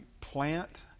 plant